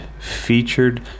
featured